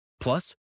Plus